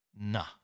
nah